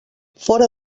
fora